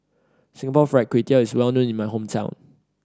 Singapore Fried Kway Tiao is well known in my hometown